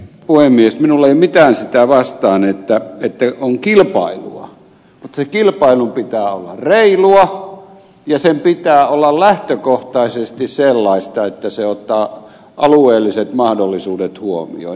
minulla ei ole mitään sitä vastaan että on kilpailua mutta sen kilpailun pitää olla reilua ja sen pitää olla lähtökohtaisesti sellaista että se ottaa alueelliset mahdollisuudet huomioon